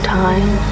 time